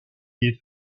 des